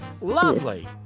Lovely